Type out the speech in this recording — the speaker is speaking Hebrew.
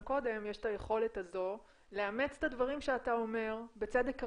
קודם יש את היכולת הזו לאמץ את הדברים שאתה אומר בצדק רב,